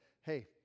hey